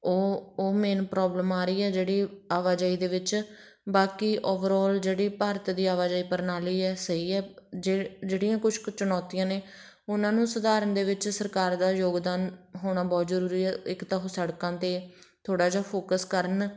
ਓ ਉਹ main problem ਆ ਰਹੀ ਆ ਜਿਹੜੀ ਆਵਾਜਾਈ ਦੇ ਵਿੱਚ ਬਾਕੀ ਓਵਰਆਲ ਜਿਹੜੀ ਭਾਰਤ ਦੀ ਆਵਾਜਾਈ ਪ੍ਰਣਾਲੀ ਹੈ ਸਹੀ ਹੈ ਜਿ ਜਿਹੜੀਆਂ ਕੁਛ ਕੁ ਚੁਣੌਤੀਆਂ ਨੇ ਉਹਨਾਂ ਨੂੰ ਸੁਧਾਰਨ ਦੇ ਵਿੱਚ ਸਰਕਾਰ ਦਾ ਯੋਗਦਾਨ ਹੋਣਾ ਬਹੁਤ ਜ਼ਰੂਰੀ ਆ ਇੱਕ ਤਾਂ ਉਹ ਸੜਕਾਂ 'ਤੇ ਥੋੜ੍ਹਾ ਜਿਹਾ ਫੋਕਸ ਕਰਨ